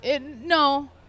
no